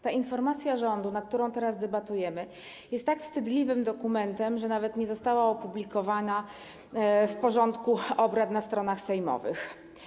Ta informacja rządu, nad którą teraz debatujemy, jest tak wstydliwym dokumentem, że nawet nie została opublikowana w porządku obrad na stronach sejmowych.